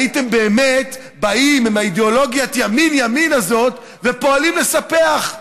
הייתם באמת באים עם אידיאולוגיית ימין ימין הזאת ופועלים לספח,